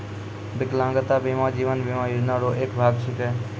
बिकलांगता बीमा जीवन बीमा योजना रो एक भाग छिकै